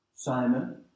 Simon